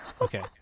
Okay